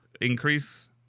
increase